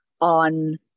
on